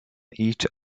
each